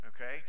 Okay